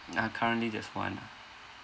uh currently just one ah